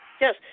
Yes